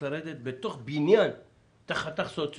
שבזק תבחר בניינים,